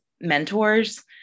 mentors